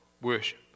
worship